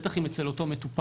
בטח אם אצל אותו מטופל,